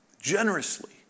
generously